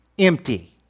empty